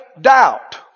doubt